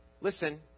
listen